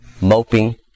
moping